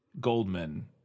Goldman